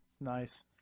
Nice